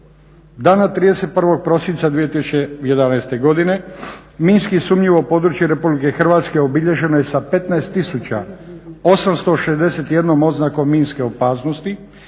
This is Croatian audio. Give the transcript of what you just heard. Dana 31. prosinca 2011. godine minski sumnjivo područje Republike Hrvatske obilježeno je sa 15861 oznakom minske opasnosti,